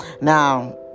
now